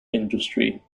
industry